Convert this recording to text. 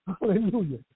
hallelujah